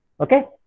Okay